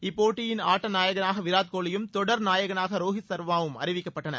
இப்போட்டியின் ஆட்ட நாயகனாக விராட் கோலியும் தொடர் நாயகனாக ரோகித் சர்மாவும் அறிவிக்கப்பட்டனர்